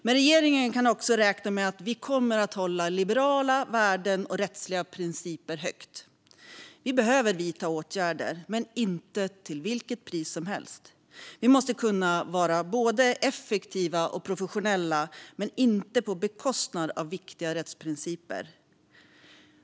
Men regeringen kan också räkna med att vi kommer att hålla liberala värden och rättsliga principer högt. Vi behöver vidta åtgärder, men inte till vilket pris som helst. Vi måste kunna vara både effektiva och professionella, men inte på bekostnad av viktiga rättsprinciper.